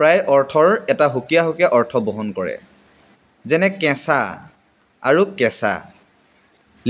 প্ৰায় অৰ্থৰ এটা সুকীয়া সুকীয়া অৰ্থ বহন কৰে যেনে কেঁচা আৰু কেচা